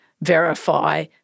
verify